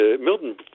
Milton